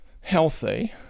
healthy